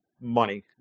money